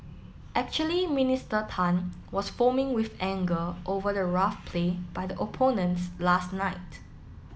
actually Minister Tan was foaming with anger over the rough play by the opponents last night